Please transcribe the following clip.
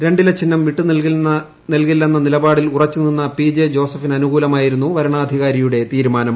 രണ്ടില ചിഹ്നം വിട്ടു നൽകില്ലെന്ന നിലപാടിൽ ഉറച്ചു നിന്ന പി ജെ ജോസഫിന് അനുകൂലമായിരുന്നു വരണാധികാരിയുടെ തീരുമാനം